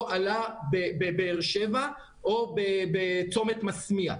או עלה בבאר שבע או בצומת מסמיה.